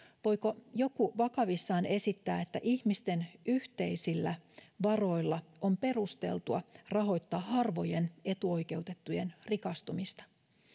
voiko joku vakavissaan esittää että ihmisten yhteisillä varoilla on perusteltua rahoittaa harvojen etuoikeutettujen rikastumista